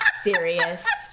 serious